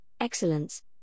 Excellence